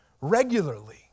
regularly